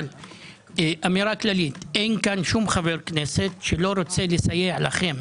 אבל אמירה כללית אין פה שום חבר כנסת שלא רוצה לסייע לכם,